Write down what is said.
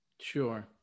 Sure